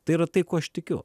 tai yra tai kuo aš tikiu